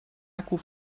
akku